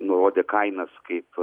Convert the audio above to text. nurodė kainas kaip